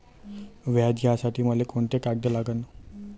व्याज घ्यासाठी मले कोंते कागद लागन?